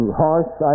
harsh